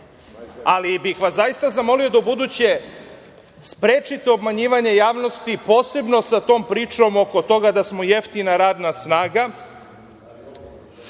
ali bih vas zaista zamolio da ubuduće sprečite obmanjivanje javnosti, posebno sa tom pričom oko toga da smo jeftina radna snaga,